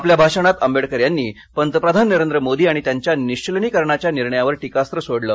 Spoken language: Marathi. आपल्या भाषणात आंबेडकर यांनी पंतप्रधान नरेंद्र मोदी आणि त्यांच्या निश्वलनीकरणाच्या निर्णयावर टीकास्त्र सोडले